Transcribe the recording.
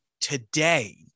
today